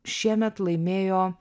šiemet laimėjo